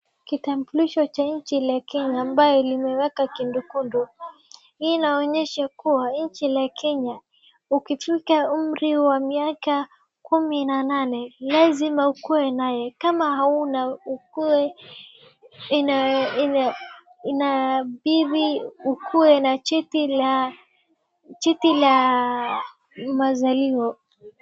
kitambulisho cha nchi la kenya ambaye limeekwa kundukundu, hii inaonyesha kuwa nchi ya kenya ukifika umri wa miaka kumi na nane lazima ukuwe na kitambulisho kama hauna inabidi ukuwe na cheti ya kuzaliwa